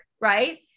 Right